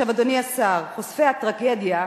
אדוני השר, חושפי הטרגדיה,